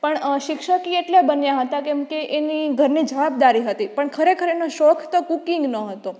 પણ શિક્ષક એ એટલે બન્યા હતા કેમકે એની ઘરની જવાબદારી હતી પણ ખરેખર એનો શોખ તો કૂકિંગનો હતો